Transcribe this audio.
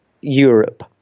Europe